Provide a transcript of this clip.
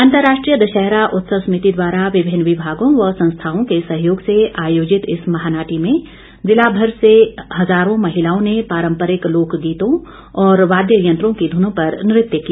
अंतर्राष्ट्रीय दशहरा उत्सव समिति द्वारा विभिन्न विभागों व संस्थाओं के सहयोग से आयोजित इस महानाटी में जिले भर से हजारों महिलाओं ने पारम्परिक लोक गीतों और वाद्य यंत्रों की धुनों पर नृत्य किया